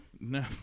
no